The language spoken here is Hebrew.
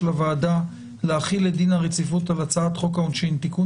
הוועדה להחיל את דין הרציפות על הצעת חוק העונשין (תיקון